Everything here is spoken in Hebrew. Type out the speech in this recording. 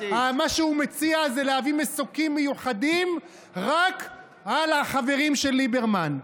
מה שהוא מציע זה להביא מסוקים מיוחדים רק על החברים של ליברמן.